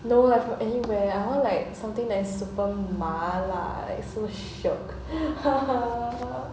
no like from anywhere I want like something that's super 麻辣 like so shiok haha